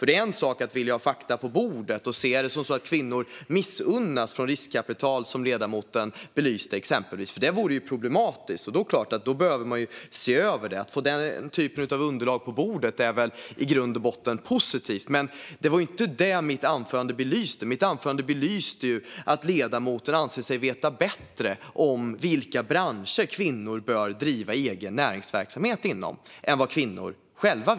Det är en sak att vilja ha fakta på bordet och se om det är så att kvinnor missgynnas när det gäller riskkapital, som ledamoten exempelvis belyste. Det vore ju problematiskt, och då är det klart att man behöver se över det. Att få den typen av underlag på bordet är väl i grund och botten positivt. Men det var inte det som jag belyste i mitt anförande. Jag belyste att ledamoten anser sig veta bättre vilka branscher kvinnor bör driva näringsverksamhet inom än vad kvinnor själva gör.